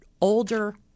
older